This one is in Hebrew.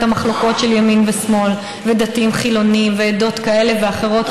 המחלוקות של ימין ושמאל ודתיים חילונים ועדות כאלה ואחרות,